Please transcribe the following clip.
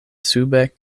sube